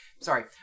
Sorry